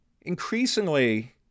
Increasingly